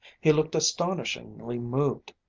he looked astonishingly moved,